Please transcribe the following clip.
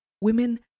Women